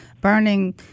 burning